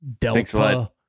Delta